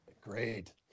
Great